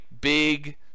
big